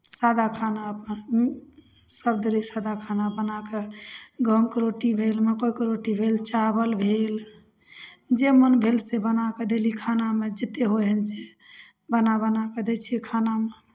सादा खाना अपन सब दिनी सादा खाना बनाके गहूॅंमके रोटी भेल मकइके रोटी भेल चावल भेल जे मोन भेल से बनाके देली खानामे जेत्ते होइ है से बना बनाके दै छियै खानामे